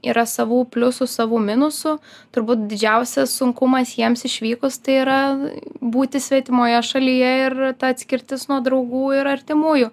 yra savų pliusų savų minusų turbūt didžiausias sunkumas jiems išvykus tai yra būti svetimoje šalyje ir ta atskirtis nuo draugų ir artimųjų